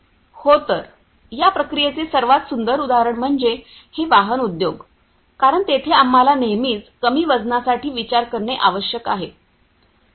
हो तर या प्रक्रियेचे सर्वात सुंदर उदाहरण म्हणजे हे वाहन उद्योग कारण तेथे आम्हाला नेहमीच कमी वजनासाठी विचार करणे आवश्यक आहे